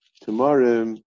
tomorrow